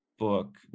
book